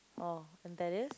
oh and that is